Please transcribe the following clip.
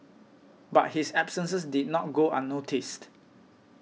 but his absences did not go unnoticed